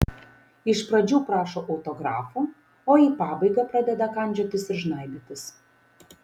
iš pradžių prašo autografo o į pabaigą pradeda kandžiotis ir žnaibytis